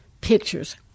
pictures